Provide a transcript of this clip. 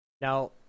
now